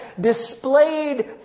displayed